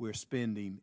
we're spending